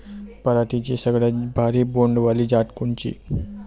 पराटीची सगळ्यात भारी बोंड वाली जात कोनची?